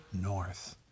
north